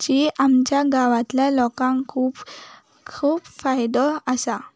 जी आमच्या गावांतल्या लोकांक खूब खूब फायदो आसा